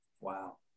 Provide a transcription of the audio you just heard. Wow